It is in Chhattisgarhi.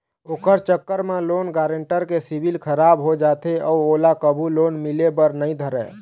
ओखर चक्कर म लोन गारेंटर के सिविल खराब हो जाथे अउ ओला कभू लोन मिले बर नइ धरय